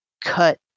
cut